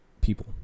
people